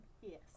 Yes